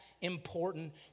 important